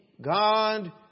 God